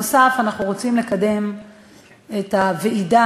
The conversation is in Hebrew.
נוסף על כך אנחנו רוצים לקדם את הוועידה